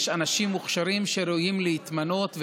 יש אנשים מוכשרים שראויים להתמנות.